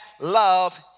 love